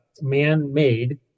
man-made